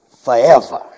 forever